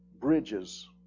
bridges